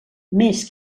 més